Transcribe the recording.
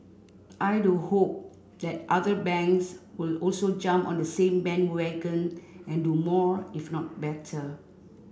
I do hope that other banks will also jump on the same bandwagon and do more if not better